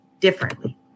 differently